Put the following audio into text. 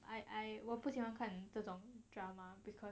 I I 我不喜欢看这种 drama because